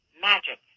magic